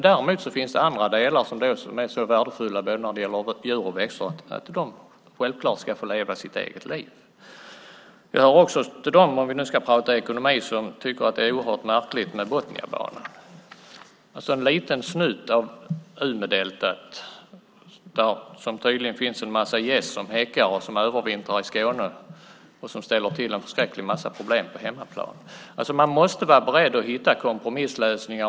Däremot finns det andra delar som är så värdefulla när det gäller djur och växter att de självklart ska få leva sitt eget liv. Om vi nu ska prata ekonomi hör jag till dem som tycker att det är oerhört märkligt med Botniabanan. Där handlar det om en liten snutt av Umeälvens delta där det tydligen finns en massa gäss som häckar och som övervintrar i Skåne. De ställer till en förskräcklig massa problem på hemmaplan. Man måste vara beredd att hitta kompromisslösningar.